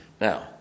Now